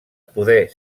poder